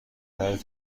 درد